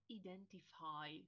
identify